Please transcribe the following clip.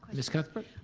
miss cuthbert?